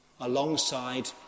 alongside